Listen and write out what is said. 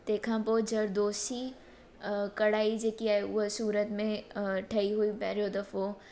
तंहिंखां पोइ जरदोजी कढ़ाई जेकी आहे उहा सूरत में ठही हुई पहिरियों दफ़ो